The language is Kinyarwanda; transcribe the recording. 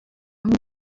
hamwe